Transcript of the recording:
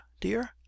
dear